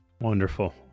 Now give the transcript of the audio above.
Wonderful